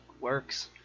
works